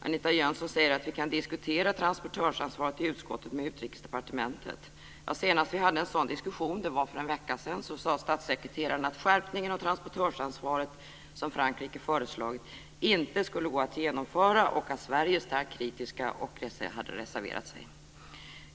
Anita Jönsson säger att vi kan diskutera transportörsansvaret i utskottet med Utrikesdepartementet. Senast vi hade en sådan diskussion, för en vecka sedan, sade statssekreteraren att skärpningen av transportörsansvaret, som Frankrike har föreslagit, inte skulle gå att genomföra och att Sverige är starkt kritiskt och har reserverat sig.